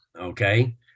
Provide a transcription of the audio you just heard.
Okay